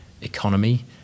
economy